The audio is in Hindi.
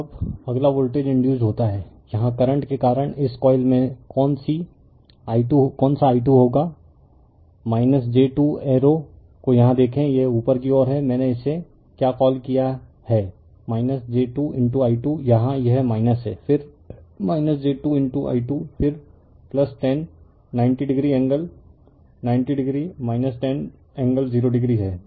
अब अगला वोल्टेज इंडयुसड होता है यहाँ करंट के कारण इस कॉइल में कौन सी i2 होगी होगा j 2 एरो को यहाँ देखें यह ऊपर की ओर है मैंने इसे क्या कॉल किया है j 2i2 यहाँ यह है फिर j 2i2फिर 1090 degree angle 90 degree 10 angle 0 degree हैं